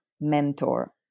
mentor